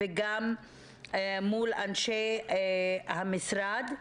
וגם מול אנשי המשרד.